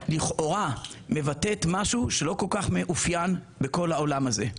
לכאורה, משהו שלא כל כך מאופיין בכל העולם הזה.